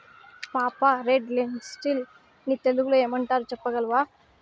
పాపా, red lentils ని తెలుగులో ఏమంటారు చెప్పగలవా